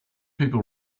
people